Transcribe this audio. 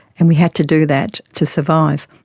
and we had to do that to survive.